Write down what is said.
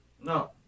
No